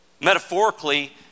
Metaphorically